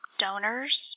donors